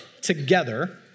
together